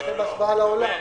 תסתכל בהשוואה לעולם.